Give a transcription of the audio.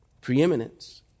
preeminence